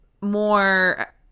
more